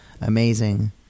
amazing